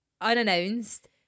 unannounced